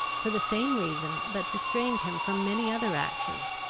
for the same reason that restrained him from many other actions,